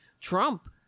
Trump